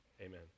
Amen